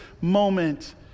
moment